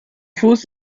fuß